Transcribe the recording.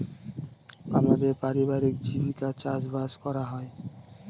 আমাদের পারিবারিক জীবিকা চাষবাস করা হয়